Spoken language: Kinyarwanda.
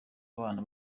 abana